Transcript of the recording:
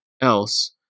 else